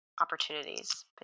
opportunities